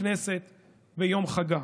לכנסת ביום חגה?